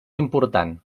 important